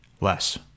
Less